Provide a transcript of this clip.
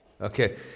Okay